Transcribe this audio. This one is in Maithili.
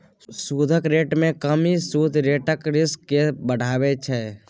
सुदक रेट मे कमी सुद रेटक रिस्क केँ बढ़ाबै छै